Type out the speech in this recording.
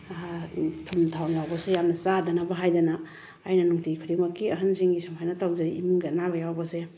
ꯊꯨꯝ ꯊꯥꯎ ꯌꯥꯎꯕꯁꯤ ꯌꯥꯝꯅ ꯆꯥꯗꯅꯕ ꯍꯥꯏꯗꯅ ꯑꯩꯅ ꯅꯨꯡꯇꯤ ꯈꯨꯗꯤꯡꯃꯛꯀꯤ ꯑꯍꯟꯁꯤꯡꯒꯤ ꯁꯨꯃꯥꯏꯅ ꯇꯧꯖꯩ ꯏꯃꯨꯡꯒꯤ ꯑꯅꯥꯕ ꯌꯥꯎꯕꯁꯦ